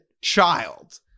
child